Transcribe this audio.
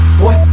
boy